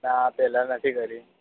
ના પહેલાં નથી કરી